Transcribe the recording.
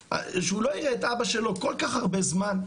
שהוא לא יראה את אבא שלו כל כך הרבה זמן,